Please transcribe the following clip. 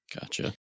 Gotcha